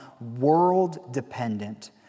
world-dependent